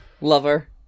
lover